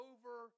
Over